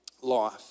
life